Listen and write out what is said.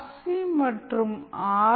C மற்றும் R